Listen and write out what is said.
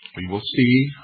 we will see,